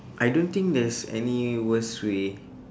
I don't think there's any worst way